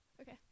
Okay